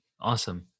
Awesome